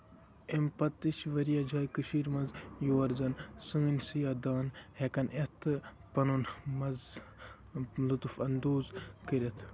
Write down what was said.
اَمہِ پَتہٕ تہِ چھِ واریاہ جایہِ کٔشیٖر منٛز یور زَن سٲنۍ سِیاح دان ہیٚکن یِتھ تہٕ پَنُن مَزٕ لُطف اَندُز کٔرِتھ